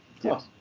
Yes